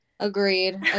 Agreed